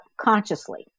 consciously